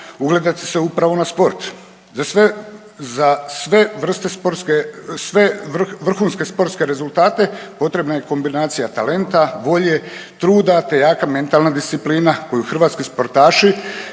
ugledati se upravo na sport. Za sve vrhunske sportske rezultate potrebna je kombinacija talenta, volje, truda te jaka mentalna disciplina koju hrvatski sportaši